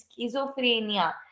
schizophrenia